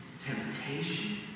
temptation